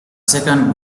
second